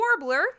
Warbler